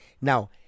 now